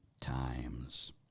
times